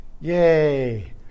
Yay